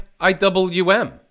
IWM